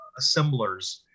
assemblers